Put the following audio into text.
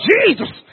Jesus